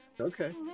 Okay